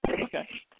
Okay